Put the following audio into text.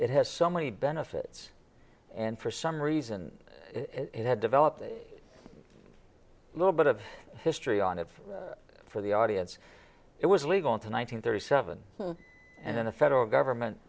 it has so many benefits and for some reason it had developed a little bit of history on it for the audience it was legal in one thousand thirty seven and then the federal government